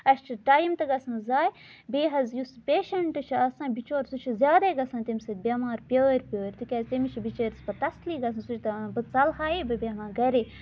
اَسہِ چھُ ٹایم تہِ گَژھان ضایہِ بیٚیہِ حظ یُس پیشَنٛٹ چھُ آسان بِچور سُہ چھُ زیادَے گَژھان تمہِ سۭتۍ بیٚمار پرٛٲرۍ پرٛٲرۍ تِکیٛازِ تٔمِس چھِ بِچٲرِس پَتہٕ تَسلی گژھان سُہ چھُ دَپان بہٕ ژَلہٕ ہایے بہٕ بیٚہمہٕ گَرے